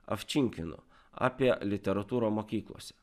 avčinkinu apie literatūrą mokyklose